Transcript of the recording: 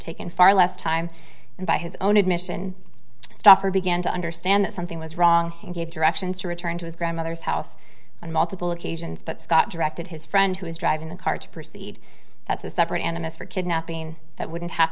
taken far less time and by his own admission stuffer began to understand that something was wrong and gave directions to return to his grandmother's house on multiple occasions but scott directed his friend who was driving the car to proceed that's a separate and a miss for kidnapping that wouldn't have